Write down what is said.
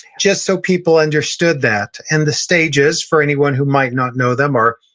just so people understood that. and the stages, for anyone who might not know them are,